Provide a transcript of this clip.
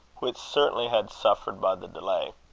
which certainly had suffered by the delay.